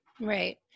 Right